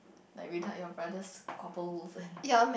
like without your brother's and